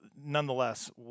Nonetheless